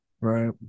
Right